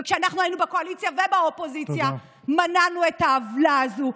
וכשאנחנו היינו בקואליציה ובאופוזיציה מנענו את העוולה הזאת,